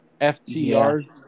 FTR